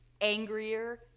angrier